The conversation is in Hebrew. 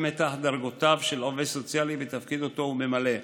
מתח דרגותיו של עובד סוציאלי בתפקיד שאותו הוא ממלא.